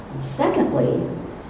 Secondly